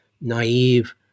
naive